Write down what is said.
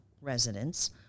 residents